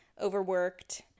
overworked